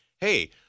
hey